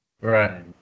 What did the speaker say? right